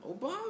Obama